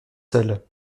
seules